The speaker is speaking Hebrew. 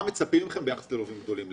מה מצפים מכם ביחס ללווים גדולים?